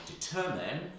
determine